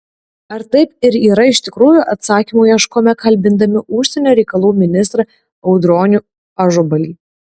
ar taip ir yra iš tikrųjų atsakymų ieškome kalbindami užsienio reikalų ministrą audronių ažubalį